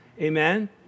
Amen